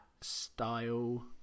style